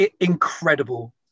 Incredible